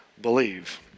believe